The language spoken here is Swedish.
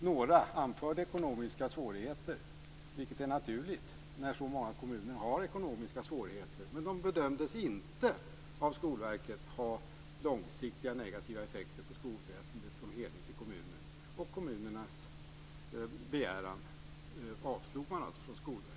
Några anförde ekonomiska svårigheter, vilket är naturligt när så många kommuner har sådana svårigheter, men de bedömdes inte av Skolverket ha långsiktiga negativa effekter på skolväsendet som helhet i kommunen, och kommunernas begäran avslogs alltså av Skolverket.